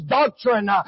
doctrine